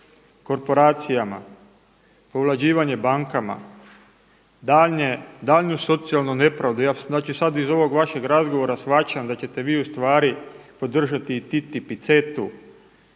korporacijama, povlađivanje bankama, daljnju socijalnu nepravdu. Ja znači sad iz ovog vašeg razgovora shvaćam da ćete vi ustvari podržati i … i sve